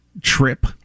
trip